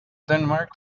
denmark